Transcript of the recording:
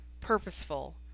purposeful